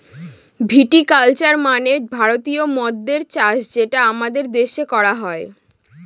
ভিটি culture মানে ভারতীয় মদ্যের চাষ যেটা আমাদের দেশে করা হয়